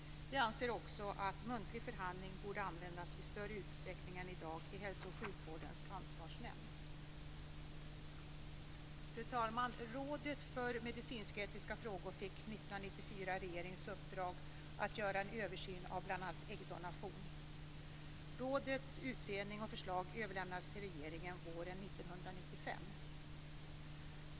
Vi anser också att muntlig förhandling borde användas i större utsträckning än i dag i Hälso och sjukvårdens ansvarsnämnd. Fru talman! Rådet för medicinsk-etiska frågor fick 1994 regeringens uppdrag att göra en översyn av bl.a. äggdonation. Rådets utredning och förslag överlämnades till regeringen våren 1995.